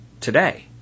today